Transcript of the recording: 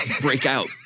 breakout